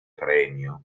premio